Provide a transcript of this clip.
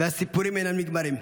והסיפורים אינם נגמרים,